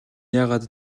яагаад